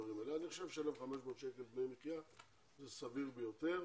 אני חושב ש-1,500 שקל דמי מחיה זה סביר ביותר.